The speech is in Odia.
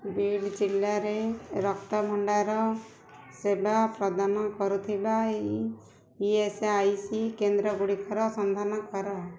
ବୀଡ଼୍ ଜିଲ୍ଲାରେ ରକ୍ତଭଣ୍ଡାର ସେବା ପ୍ରଦାନ କରୁଥିବା ଇ ଏସ୍ ଆଇ ସି କେନ୍ଦ୍ର ଗୁଡ଼ିକର ସନ୍ଧାନ କର